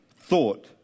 thought